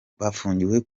bafungiwe